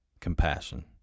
compassion